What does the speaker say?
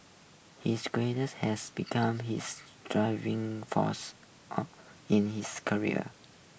his has become his driving force on in his career